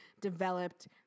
developed